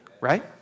Right